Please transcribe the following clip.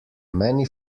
many